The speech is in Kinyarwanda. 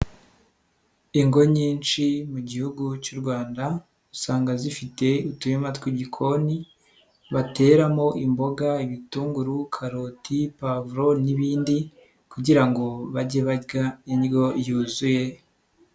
Ingo nyinshi mu gihugu cy'u Rwanda usanga zifite uturima tw'igikoni, bateramo imboga, ibitunguru, karoti, pavuro n'ibindi kugira ngo bajye barya indyo yuzuye.